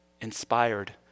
inspired